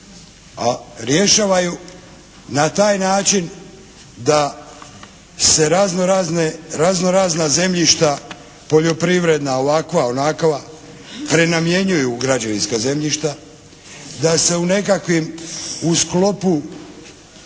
rješavaju na taj način da se raznorazna zemljišta poljoprivredna, ovakva, onakva prenamjenjuju u građevinska zemljišta, da se u nekakvim u sklopu